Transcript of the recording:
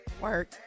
Work